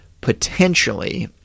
potentially